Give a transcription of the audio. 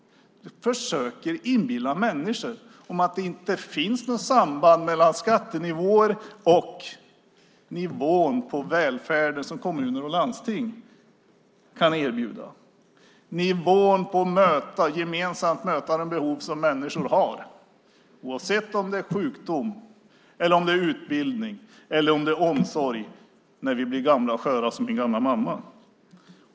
De försöker inbilla människor att det inte finns något samband mellan skattenivåer och nivån på välfärden som kommuner och landsting kan erbjuda. Det handlar om nivån att gemensamt möta de behov som människor har, oavsett om det är sjukdom, utbildning eller omsorg när vi blir gamla och sköra som min gamla mamma.